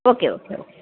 okay okay okay